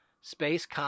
space